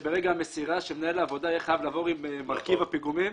שברגע המסירה מנהל העבודה יהיה חייב לעבור עם מרכיב הפיגומים.